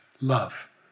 love